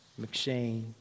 McShane